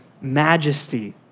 majesty